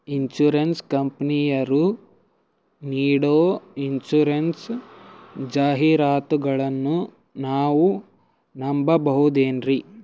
Insurance ಕಂಪನಿಯರು ನೀಡೋ insurance ಜಾಹಿರಾತುಗಳನ್ನು ನಾವು ನಂಬಹುದೇನ್ರಿ?